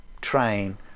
train